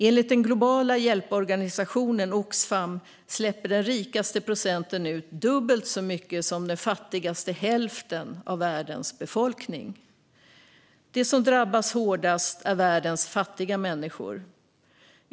Enligt den globala hjälporganisationen Oxfam släpper den rikaste procenten ut dubbelt så mycket som den fattigaste hälften av världens befolkning. De som drabbas hårdast är världens fattiga människor.